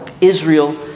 Israel